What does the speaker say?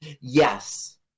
Yes